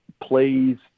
plays